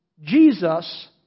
Jesus